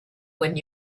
when